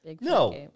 No